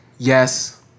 Yes